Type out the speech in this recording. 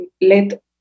let